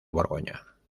borgoña